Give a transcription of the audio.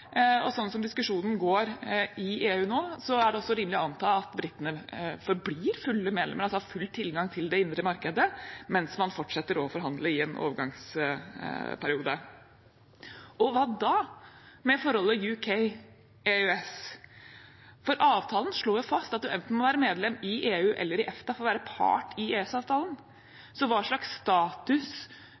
og sånn som diskusjonen går i EU nå, er det også rimelig å anta at britene forblir fulle medlemmer – har full tilgang til det indre markedet – mens man fortsetter å forhandle i en overgangsperiode. Hva da med forholdet UK–EØS? Avtalen slår jo fast at man må være medlem i enten EU eller EFTA for å være part i EØS-avtalen. Så hva slags status